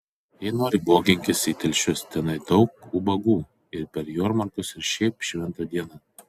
jei nori boginkis į telšius tenai daug ubagų ir per jomarkus ir šiaip šventą dieną